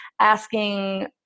asking